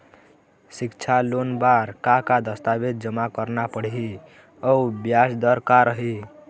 सिक्छा लोन बार का का दस्तावेज जमा करना पढ़ही अउ ब्याज दर का रही?